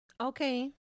Okay